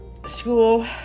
school